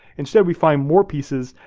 instead, we find more pieces,